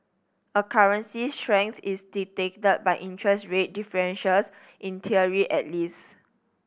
a currency's strength is by interest rate differentials in theory at least